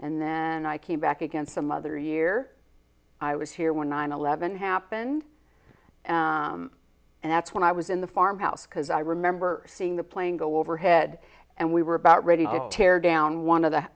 and then i came back again some other year i was here when nine eleven happened and that's when i was in the farmhouse because i remember seeing the plane go overhead and we were about ready to tear down one of the